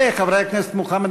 וחברי הכנסת מוחמד